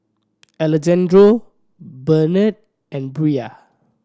Alejandro Benard and Bria